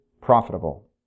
profitable